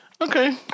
Okay